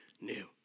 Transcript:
new